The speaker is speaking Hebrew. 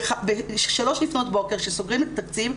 ב-3:00 לפנות בוקר כשסוגרים את התקציב,